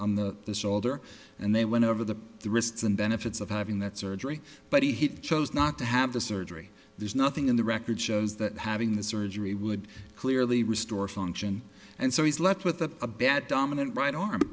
on the shoulder and they went over the risks and benefits of having that surgery but he chose not to have the surgery there's nothing in the record shows that having the surgery would clearly restore function and so he's left with a bad dominant right arm